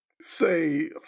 say